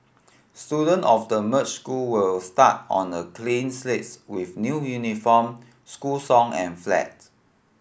students of the merged school will start on a clean slate with new uniform school song and flag